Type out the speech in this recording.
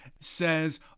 says